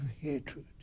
hatred